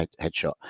headshot